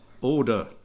order